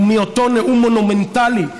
הוא מאותו נאום מונומנטלי,